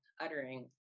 uttering